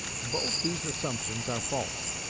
both these assumptions are false,